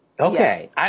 Okay